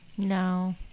No